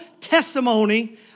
testimony